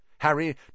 Harry